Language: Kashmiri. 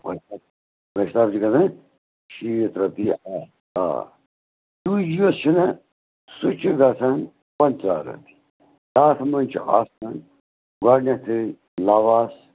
گۄشتاب گۄشتاب چھُ گژھان شیٖتھ رۄپیہِ اکھ آ تُہۍ یُس چھُنا سۄ چھُ گژھان پَنٛژاہ رۄپیہِ تَتھ منٛز چھُ آسان گۄڈٕنٮ۪تھٕے لَواسہٕ